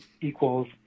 equals